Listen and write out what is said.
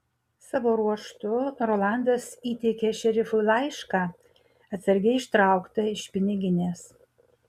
savo ruožtu rolandas įteikė šerifui laišką atsargiai ištrauktą iš piniginės